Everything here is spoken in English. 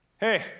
Hey